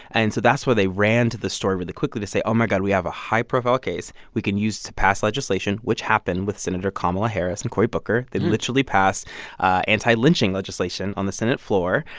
and so that's why they ran to this story really quickly to say, oh, my god. we have a high-profile case we can use to pass legislation, which happened with senator kamala harris and cory booker. they literally passed anti-lynching legislation on the senate floor.